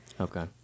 Okay